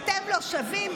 אתם לא שווים.